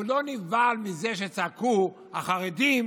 והוא לא נבהל מזה שצעקו, החרדים